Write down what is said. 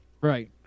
Right